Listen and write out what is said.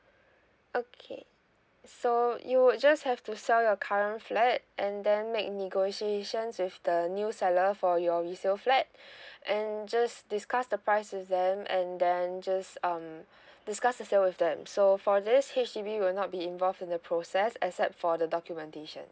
okay so you would just have to sell your current flat and then make negotiations with the new seller for your resale flat and just discuss the price with them and then just um discuss the sale with them so for this H_D_B will not be involved in the process except for the documentations